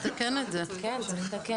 צריך לתקן את זה, כן, צריך לתקן.